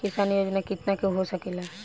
किसान योजना कितना के हो सकेला?